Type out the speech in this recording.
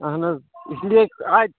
اَہن حظ اسی لیے